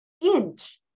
inch